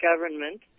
government